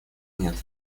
нет